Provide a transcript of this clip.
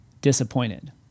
disappointed